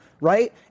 right